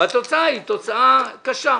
והתוצאה היא תוצאה קשה.